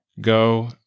Go